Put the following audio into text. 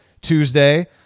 Tuesday